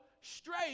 straight